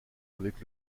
avec